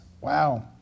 Wow